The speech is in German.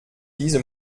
diese